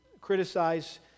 criticize